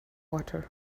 water